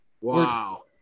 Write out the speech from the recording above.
Wow